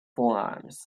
forearms